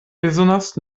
bezonas